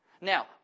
Now